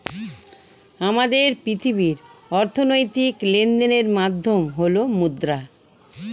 আমাদের পৃথিবীর অর্থনৈতিক লেনদেনের মাধ্যম হল মুদ্রা